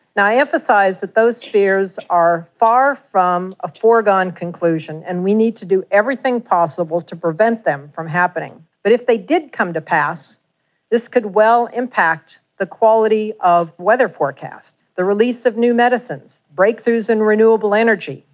and i emphasise that those fears are far from a foregone conclusion and we need to do everything possible to prevent them from happening. but if they did come to pass this could well impact the quality of weather forecasts, the release of new medicines, breakthroughs in renewable energy,